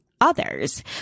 others